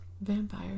vampire